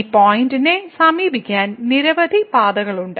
ഈ പോയിന്റിനെ സമീപിക്കാൻ നിരവധി പാതകളുണ്ട്